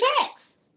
checks